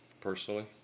personally